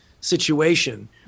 situation